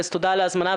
אז תודה על ההזמנה,